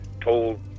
told